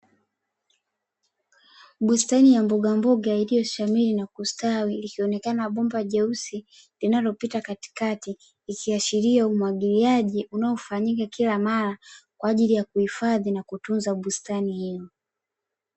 Bustani ya mbogamboga iliyoshamiri na kustawi ikionekana bomba jeusi linalopita katikati, ikiashiria umwagiliaji unaofanyika kila mara kwa ajili ya kuhifadhi na kutunza bustani hiyo.